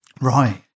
Right